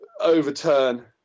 overturn